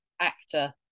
actor